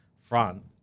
front